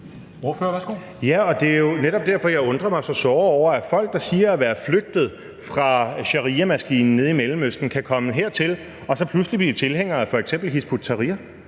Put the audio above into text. og det er jo netop derfor, jeg undrer mig såre over, at folk, der siger, at de er flygtet fra shariamaskinen nede i Mellemøsten, kan komme hertil og så pludselig blive tilhængere af f.eks. Hizb ut-Tahrir.